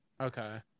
Okay